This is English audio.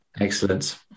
Excellent